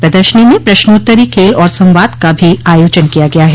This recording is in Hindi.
प्रदर्शनी में प्रश्नोत्तरी खेल और संवाद का भी आयोजन किया गया है